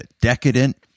decadent